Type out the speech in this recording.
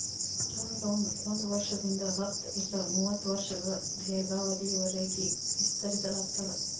term loan ಒಂದ್ ವರ್ಷದಿಂದ ಹತ್ತ ಇಲ್ಲಾ ಮೂವತ್ತ ವರ್ಷಗಳ ದೇರ್ಘಾವಧಿಯವರಿಗಿ ವಿಸ್ತರಿಸಲಾಗ್ತದ